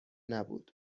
نبود